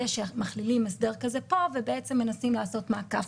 שמכלילים הסדר כזה פה ובעצם מנסים לעשות מעקף.